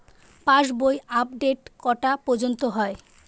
পাশ বই আপডেট কটা পর্যন্ত হয়?